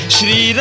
Shri